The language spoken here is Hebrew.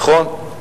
נכון?